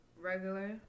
Regular